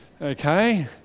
Okay